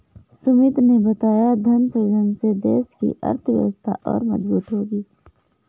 सुमित ने बताया धन सृजन से देश की अर्थव्यवस्था और मजबूत होगी